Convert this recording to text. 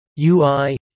UI